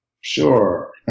sure